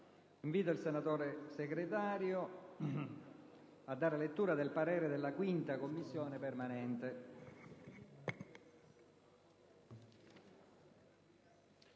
invito il senatore Segretario a dare lettura del parere espresso dalla 5a Commissione permanente